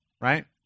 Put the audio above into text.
right